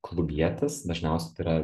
klubietis dažniausia tai yra